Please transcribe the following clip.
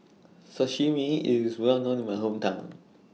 Sashimi IS Well known in My Hometown